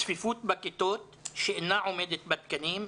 צפיפות בכיתות שאינה עומדת בתקנים.